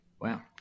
wow